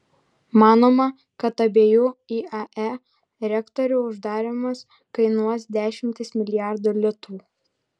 manoma kad abiejų iae reaktorių uždarymas kainuos dešimtis milijardų litų